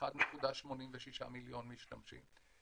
1.86 מיליון משתמשים.